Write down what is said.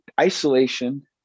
isolation